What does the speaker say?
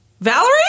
Valerie